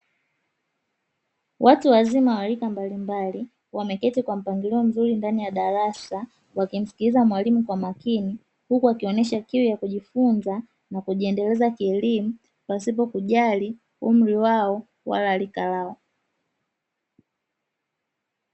Watu wazima wa rika mbalimbali wameketi kwa mpangilio mzuri ndani ya darasa wakimsikiliza mwalimu kwa makini, huku waki onesha kiu ya kujifunza na kujiendeleza kielimu pasipo kujali umri wao wala rika lao.